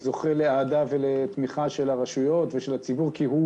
הוא זוכה לאהדה ולתמיכה של הרשויות ושל הציבור כי הוא